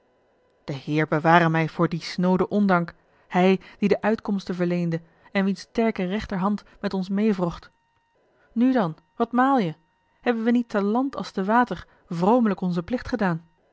de heer beware mij voor dien snooden ondank hij die de uitkomsten verleende en wiens sterke rechterhand met ons meêwrocht a l g bosboom-toussaint de delftsche wonderdokter eel u dan wat maal je hebben we niet te land als te water vromelijk onzen plicht gedaan